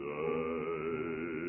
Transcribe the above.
die